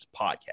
podcast